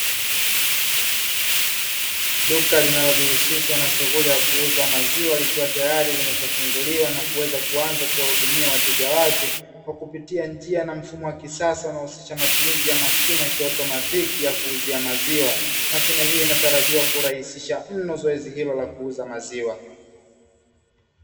Duka linalojihusisha na shughuli ya kuuza maziwa likiwa tayari limeshafunguliwa na kuweza kuanza kuwahudumia wateja wake, kwa kupitia njia na mfumo wa kisasa unaohusisha matumizi ya mashine ya kiautomatiki ya kuuzia maziwa. Mashine hii inatarajiwa kurahisisha mno zoezi hilo la kuuza maziwa.